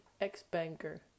ex-banker